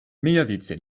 miavice